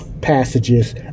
passages